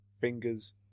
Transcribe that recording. Fingers